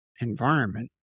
environment